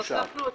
תודה.